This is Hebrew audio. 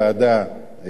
בצד המשפטי,